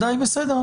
בסדר.